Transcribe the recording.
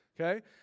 Okay